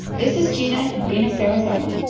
this is gina in phoenix, ariz. um